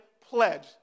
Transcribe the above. pledge